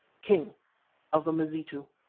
king of the mazitu.